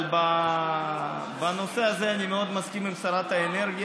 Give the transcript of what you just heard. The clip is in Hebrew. אבל בנושא הזה אני מאוד מסכים עם שרת האנרגיה.